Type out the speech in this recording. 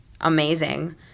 amazing